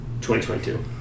2022